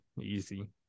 easy